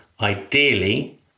Ideally